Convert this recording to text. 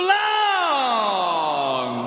long